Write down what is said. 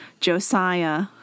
Josiah